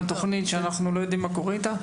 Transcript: תוכנית שאנחנו לא יודעים מה קורה איתה?